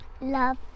love